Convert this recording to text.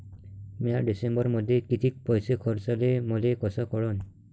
म्या डिसेंबरमध्ये कितीक पैसे खर्चले मले कस कळन?